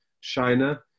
China